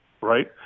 right